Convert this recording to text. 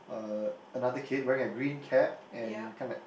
uh another kid wearing a green cap and kinda like